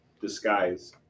disguise